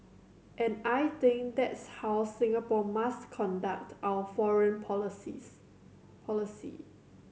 and I think that's how Singapore must conduct our foreign policies policy